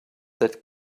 that